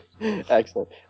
Excellent